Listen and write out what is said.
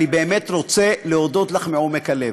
אני באמת רוצה להודות לך מעומק הלב.